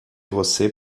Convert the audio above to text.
você